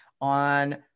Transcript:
on